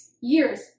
years